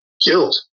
killed